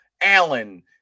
Allen